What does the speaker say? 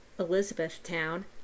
Elizabethtown